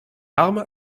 arme